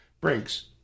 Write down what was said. brinks